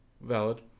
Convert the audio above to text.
Valid